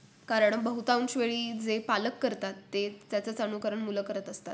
कारण बहुतांशवेळी जे पालक करतात ते त्याचंच अनुकरण मुलं करत असतात